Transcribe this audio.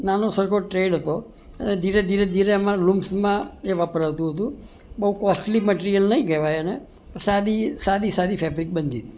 નાનો સરખો ટ્રેડ હતો અને ધીરે ધીરે ધીરે એમાં લુમ્સમાં એ વપરાતું હતું બહુ કોસટલી મટિરિયલ નહીં કહેવાય એને સાદી સાદી સાદી ફેબ્રીક બનતી